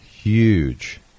huge